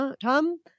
Tom